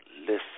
listen